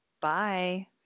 Bye